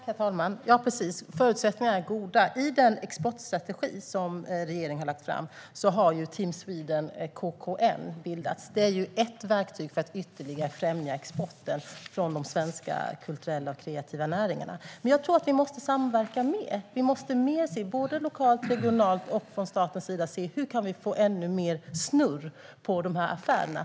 Herr talman! Ja, precis - förutsättningarna är goda. I den exportstrategi regeringen har lagt fram har ju Team Sweden KKN bildats. Det är ett verktyg för att ytterligare främja exporten från de svenska kulturella och kreativa näringarna. Jag tror dock att vi måste samverka mer. Vi måste, såväl lokalt och regionalt som från statens sida, se hur vi kan få ännu mer snurr på de här affärerna.